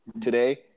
today